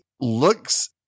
looks